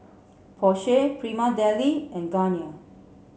Porsche Prima Deli and Garnier